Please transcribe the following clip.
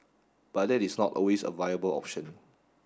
but that is not always a viable option